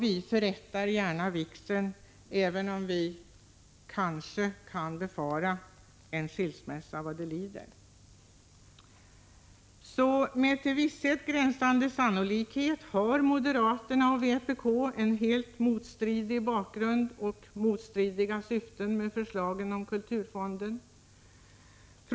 Vi förrättar gärna vigseln, även om vi kanske kan befara en skilsmässa vad det lider. Med till visshet gränsande sannolikhet har moderaterna och vpk helt olika bakgrund till och helt motstridiga syften med förslagen om kulturfonder.